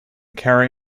carry